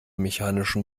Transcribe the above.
mechanischen